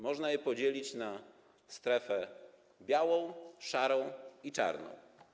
Można je podzielić na strefę białą, szarą i czarną.